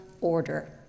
order